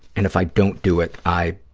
and if i don't do it, i